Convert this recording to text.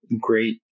great